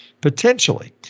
potentially